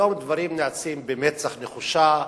היום דברים נעשים במצח נחושה,